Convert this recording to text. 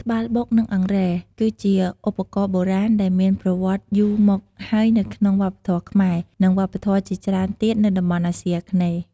ត្បាល់បុក និង អង្រែ គឺជាឧបករណ៍បុរាណដែលមានប្រវត្តិយូរមកហើយនៅក្នុងវប្បធម៌ខ្មែរ និងវប្បធម៌ជាច្រើនទៀតនៅតំបន់អាស៊ីអាគ្នេយ៍។